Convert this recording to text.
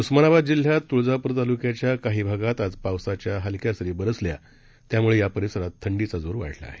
उस्मानाबाद जिल्ह्यात तुळजापुर तालुक्याच्या काही भागात आज पावसाच्या हलक्या सरी बरसल्या त्यामूळे या परिसरात थंडीचा जोर वाढला आहे